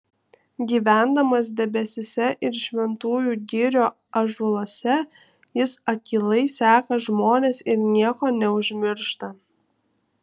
gyvendamas debesyse ir šventųjų girių ąžuoluose jis akylai seka žmones ir nieko neužmiršta